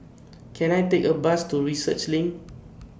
Can I Take A Bus to Research LINK